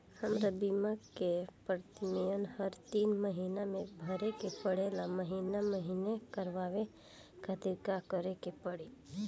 हमार बीमा के प्रीमियम हर तीन महिना में भरे के पड़ेला महीने महीने करवाए खातिर का करे के पड़ी?